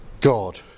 God